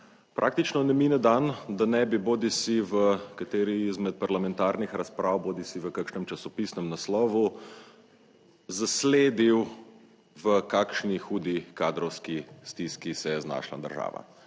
Praktično ne mine dan, da ne bi bodisi v kateri izmed parlamentarnih razprav bodisi v kakšnem časopisnem naslovu zasledil v kakšni hudi kadrovski stiski se je znašla država.